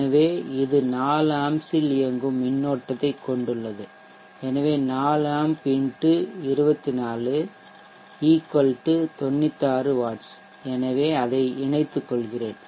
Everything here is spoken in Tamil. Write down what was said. எனவே இது 4 ஆம்ப்ஸில் இயங்கும் மின்னோட்டத்தைக் கொண்டுள்ளது எனவே 4 ஆம்ப் X 24 96 வாட்ஸ் எனவே அதை இணைத்துக்கொள்கிறேன்